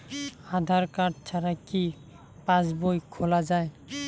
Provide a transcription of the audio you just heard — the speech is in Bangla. আধার কার্ড ছাড়া কি পাসবই খোলা যায়?